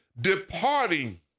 departing